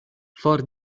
for